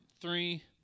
three